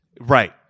Right